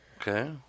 okay